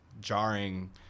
jarring